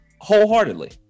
wholeheartedly